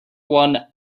one